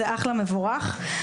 זה אחלה, מבורך.